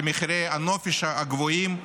למחירי הנופש הגבוהים,